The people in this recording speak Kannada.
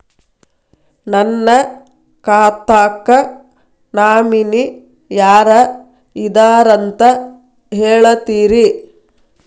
ನನ್ನ ಖಾತಾಕ್ಕ ನಾಮಿನಿ ಯಾರ ಇದಾರಂತ ಹೇಳತಿರಿ?